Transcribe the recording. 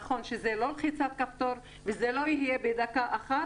נכון שזה לא בלחיצת כפתור, וזה לא יהיה בדקה אחת,